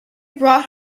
brought